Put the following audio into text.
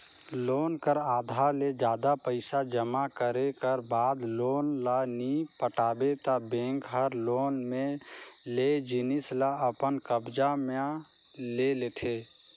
loan कर आधा ले जादा पइसा जमा करे कर बाद लोन ल नी पटाबे ता बेंक हर लोन में लेय जिनिस ल अपन कब्जा म ले लेथे